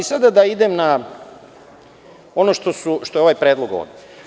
Sada da idem na ono što je ovaj predlog ovde.